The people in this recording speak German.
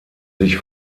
sich